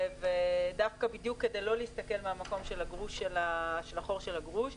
דווקא בדיוק כדי לא להסתכל מהמקום של החור של הגרוש.